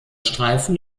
streifen